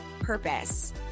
purpose